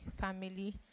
family